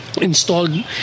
installed